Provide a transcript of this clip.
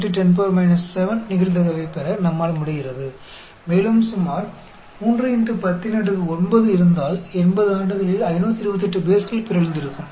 76x10 7 நிகழ்தகவைப் பெற நம்மால் முடிகிறது மேலும் சுமார் 3 10 9 இருந்தால் 80 ஆண்டுகளில் 528 பேஸ்கள் பிறழ்ந்திருக்கும்